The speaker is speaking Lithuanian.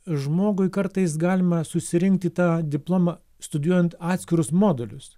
žmogui kartais galima susirinkti tą diplomą studijuojant atskirus modulius